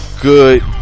good